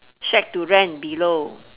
shack to rent below